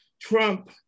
Trump